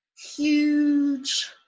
Huge